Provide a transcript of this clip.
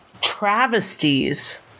travesties